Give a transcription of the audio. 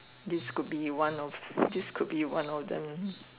this could be one of this could be one of them